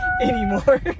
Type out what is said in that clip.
anymore